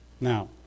Now